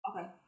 Okay